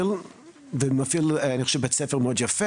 וגם בנוסף לזה,